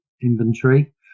inventory